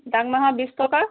দাংমাহৰ বিছ টকা